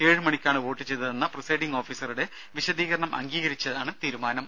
ഏഴുമണിക്കാണ് vote ചെയ്തതെന്ന presiding ഓഫീസറുടെ വിശദീകരണം അംഗീകരിച്ചാണ് തീരുമാനം